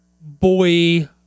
boy